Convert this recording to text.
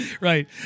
Right